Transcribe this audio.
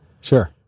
Sure